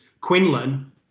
Quinlan